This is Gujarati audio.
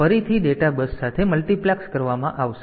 તેથી આ ફરીથી ડેટા બસ સાથે મલ્ટિપ્લેક્સ કરવામાં આવશે